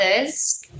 others